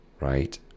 right